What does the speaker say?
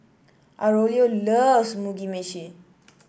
Aurelio loves Mugi Meshi